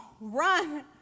run